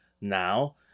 now